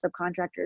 subcontractors